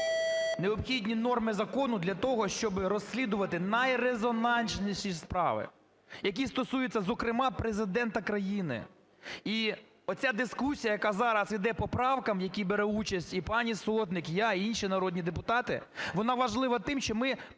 необхідні норми закону для того, щоби розслідувати найрезонансніші справи, які стосуються зокрема Президента країни. І оця дискусія, яка зараз іде по правкам, в якій бере участь і пані Сотник, я, інші народні депутати, вона важлива тим, що ми